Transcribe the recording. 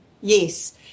Yes